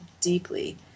deeply